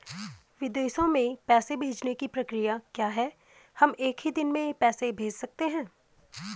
विदेशों में पैसे भेजने की प्रक्रिया क्या है हम एक ही दिन में पैसे भेज सकते हैं?